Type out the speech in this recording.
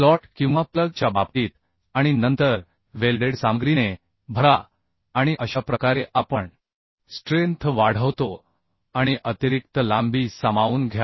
slot किंवा प्लगच्या बाबतीत आणि नंतर वेल्डेड सामग्रीने भरा आणि अशा प्रकारे आपण स्ट्रेंथ वाढवतो आणि अतिरिक्त लांबी सामावून घ्या